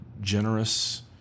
generous